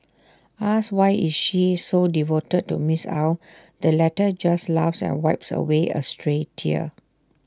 asked why she is so devoted to miss Ow the latter just laughs and wipes away A stray tear